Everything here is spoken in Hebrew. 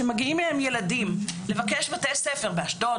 שמגיעים אליהן ילדים לבקש בתי ספר באשדוד,